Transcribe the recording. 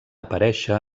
aparèixer